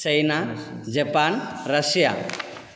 China Japan Russia